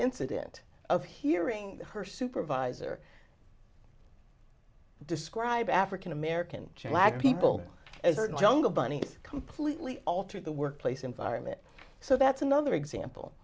incident of hearing her supervisor describe african american people as jungle bunnies completely alter the workplace environment so that's another example